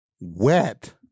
Wet